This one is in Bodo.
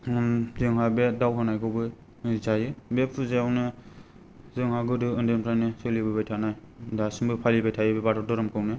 जोंहा बे दाउ होनायखौबो जायो बे फुजायावनो जोंहा गोदो उन्दैनिफ्रायनो सोलिबोबाय थानाय दासिमबो फालिबाय थायो बे बाथौ धोरोमखौनो